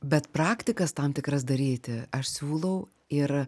bet praktikas tam tikras daryti aš siūlau ir